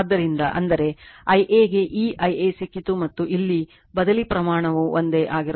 ಆದ್ದರಿಂದ ಅಂದರೆ Iaಗೆ ಈ Ia ಸಿಕ್ಕಿತು ಮತ್ತು ಇಲ್ಲಿ ಬದಲಿ ಪ್ರಮಾಣವು ಒಂದೇ ಆಗಿರುತ್ತದೆ